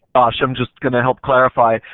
ah so i'm just going to help clarify.